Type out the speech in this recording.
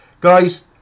guys